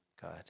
God